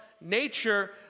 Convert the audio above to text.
nature